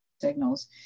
signals